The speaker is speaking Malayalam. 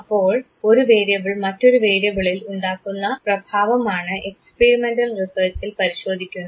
അപ്പോൾ ഒരു വേരിയബിൾ മറ്റൊരു വേരിയബിളിൽ ഉണ്ടാക്കുന്ന പ്രഭാവമാണ് എക്സ്പീരിമെൻറൽ റിസർച്ചിൽ പരിശോധിക്കുന്നത്